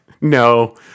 No